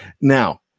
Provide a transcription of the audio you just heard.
Now